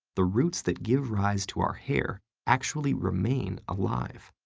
the roots that give rise to our hair actually remain alive.